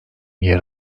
yer